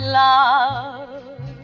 love